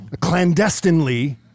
clandestinely